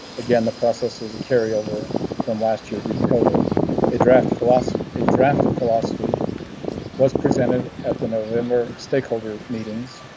again, the process was a carryover from last year due to covid a draft philosophy. draft draft philosophy was presented at the november stakeholder meetings.